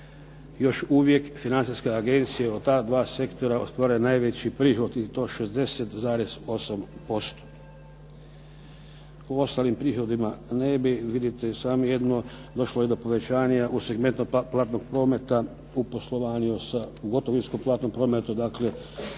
Još uvijek Financijska agencija od ta 2 sektora ostvaruje najveći prihod i to 60,8%. O ostalim prihodima ne bi. Vidite i sami jedino došlo je do povećanja u segmentno platnog prometa u poslovanju u gotovinsko-platnom prometu, dakle